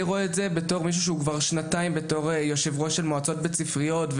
בתור מישהו שכבר שנתיים משמש כיושב ראש של מועצות בית ספריות,